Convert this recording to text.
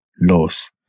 laws